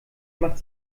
macht